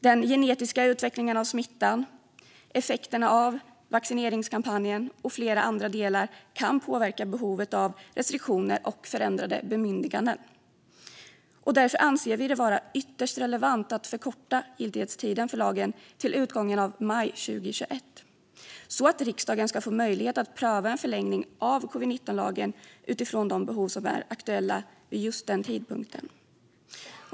Den genetiska utvecklingen av smittan, effekterna av vaccineringskampanjen och flera andra delar kan påverka behovet av restriktioner och förändrade bemyndiganden. Därför anser vi det vara ytterst relevant att förkorta giltighetstiden för lagen till utgången av maj 2021, så att riksdagen får möjlighet att pröva en förlängning av covid-19-lagen utifrån de behov som är aktuella vid just den tidpunkten.